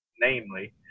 namely